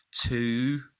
two